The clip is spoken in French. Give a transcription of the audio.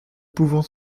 pouvant